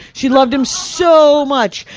she loved him so much,